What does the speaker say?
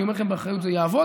אני אומר לכם באחריות שזה יעבוד,